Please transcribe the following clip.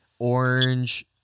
Orange